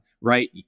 right